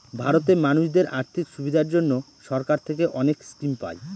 ভারতে মানুষদের আর্থিক সুবিধার জন্য সরকার থেকে অনেক স্কিম পায়